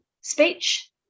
speech